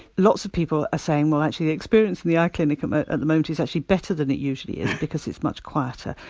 lots of people are saying, well actually, the experience in the eye clinic um at and the moment is actually better than it usually is because it's much quieter.